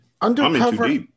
Undercover